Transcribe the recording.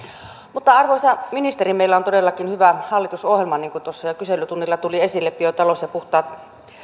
mutta arvoisa ministeri meillä on todellakin hyvä hallitusohjelma niin kuin tuossa jo kyselytunnilla tuli esille biotalous ja puhtaat